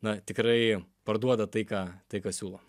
na tikrai parduoda tai ką tai ką siūlo